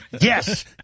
yes